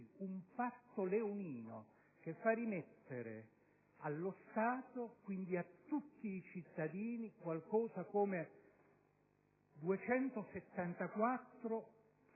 Un patto leonino che fa rimettere allo Stato, quindi a tutti i cittadini, qualcosa come 274 milioni